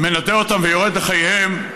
מנדה אותם ויורד לחייהם,